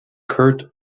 kurt